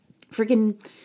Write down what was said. freaking